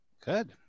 Good